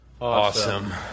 Awesome